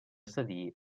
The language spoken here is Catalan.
cedir